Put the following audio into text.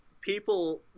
people